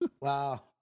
Wow